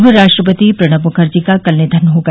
पूर्व राष्ट्रपति प्रणब मुखर्जी का कल निधन हो गया